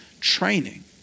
training